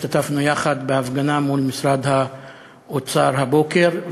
השתתפנו יחד בהפגנה מול משרד האוצר הבוקר,